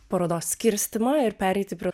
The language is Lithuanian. parodos skirstymą ir pereiti prie